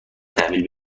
تحویل